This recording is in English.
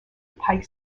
pike